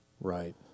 Right